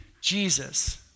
Jesus